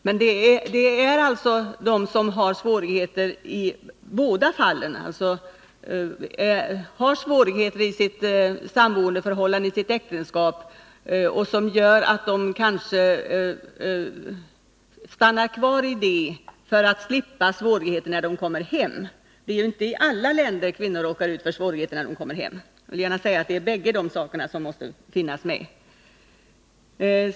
Men detta gäller alltså dem som har svårigheter i båda fallen — de som har svårigheter i sitt samboendeförhållande eller sitt äktenskap, men kanske stannar kvar i detta för att slippa svårigheter när de kommer hem. Det är ju inte i alla länder kvinnor råkar ut för svårigheter när de kommer hem. Jag vill gärna säga att bägge dessa omständigheter måste finnas med.